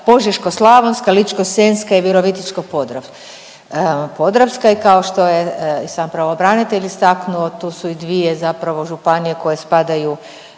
Požeško-slavonska, Ličko-senjska i Virovitičko-podravska i kao što je i sam pravobranitelj istaknuto tu su i dvije zapravo županije koje spadaju